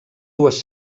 dues